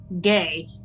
gay